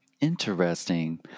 Interesting